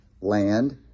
land